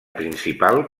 principal